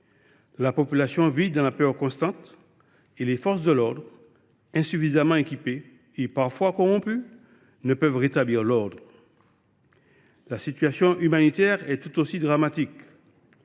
La population vit dans la peur constante et les forces de l’ordre, insuffisamment équipées et parfois corrompues, ne parviennent pas à rétablir l’ordre. La situation humanitaire est tout aussi dramatique.